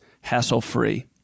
hassle-free